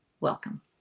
welcome